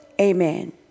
Amen